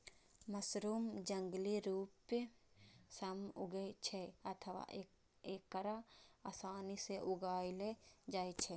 mushroom जंगली रूप सं उगै छै अथवा एकरा आसानी सं उगाएलो जाइ छै